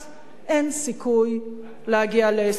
אין סיכוי להגיע להסדר,